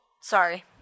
Sorry